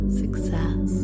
success